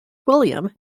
william